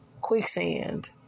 quicksand